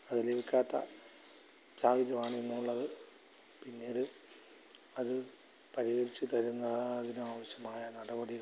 അത് ലഭിക്കാത്ത സാഹചര്യമാണ് ഇന്നുള്ളത് പിന്നീട് അത് പരിഹരിച്ച് തരുന്നാതിനാവശ്യമായ നടപടികള്